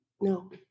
No